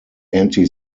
anti